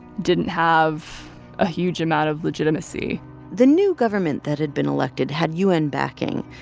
didn't have a huge amount of legitimacy the new government that had been elected had u n. backing.